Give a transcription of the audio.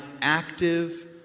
active